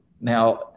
Now